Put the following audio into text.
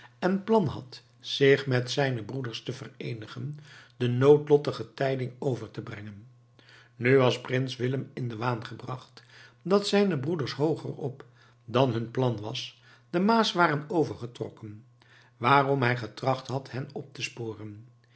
en plan had zich met zijne broeders te vereenigen de noodlottige tijding over te brengen nu was prins willem in den waan gebracht dat zijne broeders hooger op dan hun plan was de maas waren overgetrokken waarom hij getracht had hen op te sporen